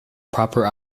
proper